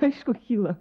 aišku kyla